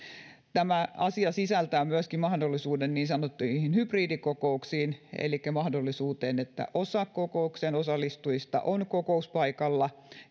tämä asia sisältää myöskin mahdollisuuden niin sanottuihin hybridikokouksiin elikkä mahdollisuuteen että osa kokoukseen osallistujista on kokouspaikalla